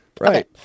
Right